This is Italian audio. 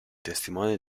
testimone